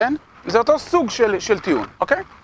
כן? זה אותו סוג של טיעון, אוקיי?